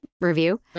review